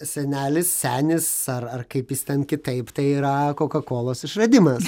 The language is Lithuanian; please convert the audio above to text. senelis senis ar ar kaip jis ten kitaip tai yra kokakolos išradimas